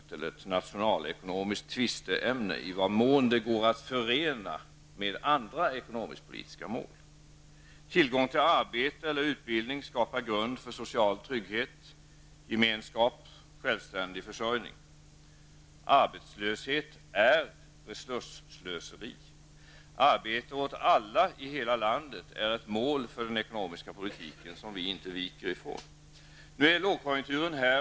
I vad mån det går att förena en arbetslöshet med andra ekonomiskpolitiska mål är således inte något nationalekonomiskt tvisteämne. Tillgång till arbete eller utbildning skapar en grund för social trygghet, gemenskap och självständig försörjning. Men arbetslöshet är resursslöseri. Arbete åt alla i hela landet är ett mål för den ekonomiska politiken som vi inte viker från. Nu är dock lågkonjunkturen här.